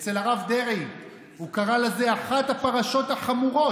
אצל הרב דרעי הוא קרא לזה: אחת הפרשות החמורות,